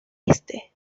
este